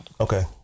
Okay